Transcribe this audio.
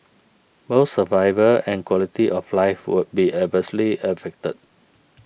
both survival and quality of life would be adversely affected